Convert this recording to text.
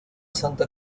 santa